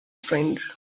strange